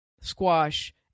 squash